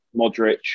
Modric